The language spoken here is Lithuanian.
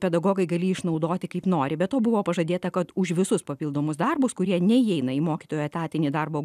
pedagogai galį išnaudoti kaip nori be to buvo pažadėta kad už visus papildomus darbus kurie neįeina į mokytojų etatinį darbo